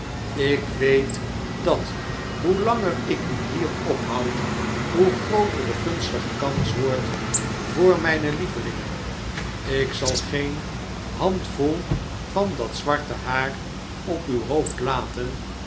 ik weet dat hoe langer ik u hier ophoud hoe grooter de gunstige kans wordt voor mvjne lievelingen ik zal geen handvol van dat zwarte haar op uw hoofd laten